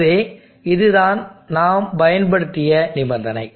எனவே இதுதான் நாம் பயன்படுத்திய நிபந்தனை